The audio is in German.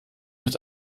mit